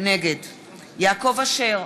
נגד יעקב אשר,